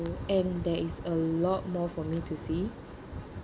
and there is a lot more for me to see